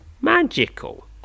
magical